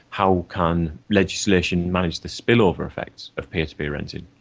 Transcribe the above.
how can legislation manage the spillover effects of peer-to-peer renting?